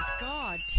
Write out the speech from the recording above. God